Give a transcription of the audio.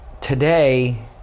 Today